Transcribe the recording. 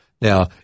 Now